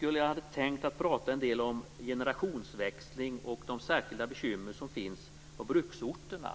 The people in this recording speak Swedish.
hade jag tänkt prata en del om generationsväxling och de särskilda bekymmer som finns på bruksorterna.